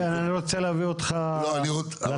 אני רוצה להביא אותך לתכל'ס.